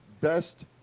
best